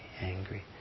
angry